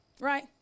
right